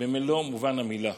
במלוא מובן המילה.